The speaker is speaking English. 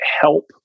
help